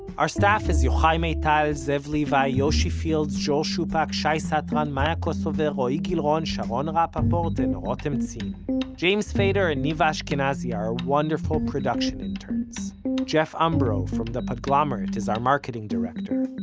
our staff is yochai maital, zev levi, yoshi fields, joel shupack, shai satran, maya kosover, roee gilron, sharon rapaport and ah rotem zin. james feder and niva ashkenazi our wonderful production interns. jeff umbro, from the podglomerate, is our marketing director.